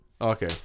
Okay